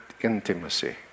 intimacy